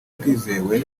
bwizewe